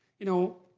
you know,